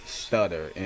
stutter